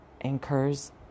incurs